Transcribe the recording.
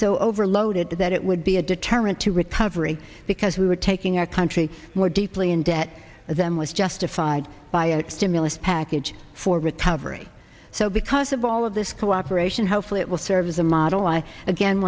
so overloaded that it would be a deterrent to recovery because we were taking our country more deeply in debt of them was justified by a stimulus package for repair every so because of all of this cooperation hopefully it will serve as a model i again